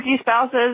spouses